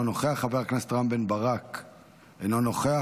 אינו נוכח,